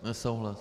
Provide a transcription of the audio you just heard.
Nesouhlas.